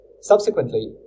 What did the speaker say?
Subsequently